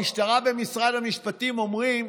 המשטרה ומשרד המשפטים אומרים,